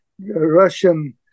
Russian